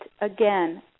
again